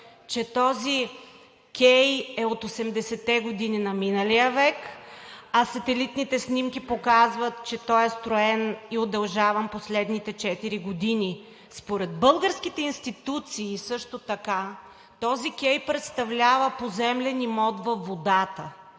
че този кей е от 80-те години на миналия век, а сателитните снимки показват, че той е строен и удължаван последните четири години. Според българските институции също така този кей представлява поземлен имот във водата,